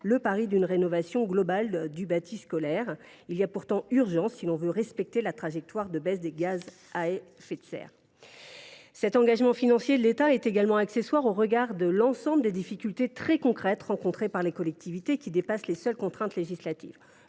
le pari d’une rénovation globale du bâti scolaire. Il y a pourtant urgence si l’on veut respecter la trajectoire de baisse des émissions de gaz à effet de serre. Cet engagement financier de l’État est également accessoire au regard de l’ensemble des difficultés très concrètes rencontrées par les collectivités, qui dépassent les seules contraintes législatives.